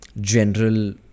general